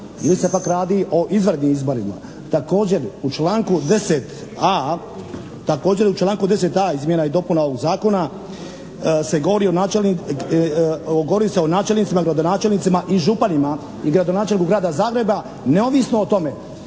ili se pak radi o izvanrednim izborima. Također u članku 10.a izmjena i dopuna ovog Zakona se govori o načelnicima, gradonačelnicima i županima i gradonačelniku Grada Zagreba neovisno o tome